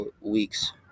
weeks